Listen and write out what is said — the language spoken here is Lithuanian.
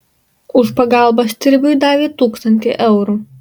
už pagalbą stirbiui davė tūkstantį eurų